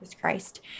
Christ